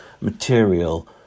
material